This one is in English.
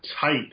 tight